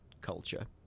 culture